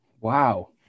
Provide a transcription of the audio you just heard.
Wow